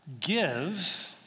Give